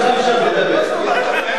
תודה רבה.